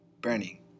burning